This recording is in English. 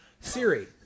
Siri